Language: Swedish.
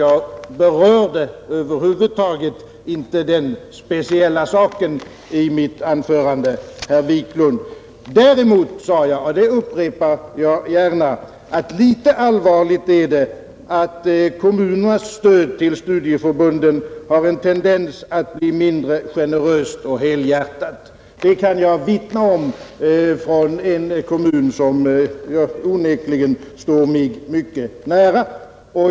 Jag berörde över huvud taget inte den speciella saken i mitt anförande, herr Wiklund, Däremot sade jag — och det upprepar jag gärna — att litet allvarligt är det att kommunernas stöd till studieförbunden har en tendens att bli mindre generöst och helhjärtat. Det kan jag vittna om från en kommun som onekligen står mig mycket nära.